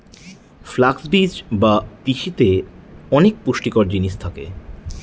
flux বীজ বা তিসিতে অনেক পুষ্টিকর জিনিস থাকে